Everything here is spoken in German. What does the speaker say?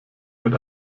mit